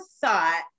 thought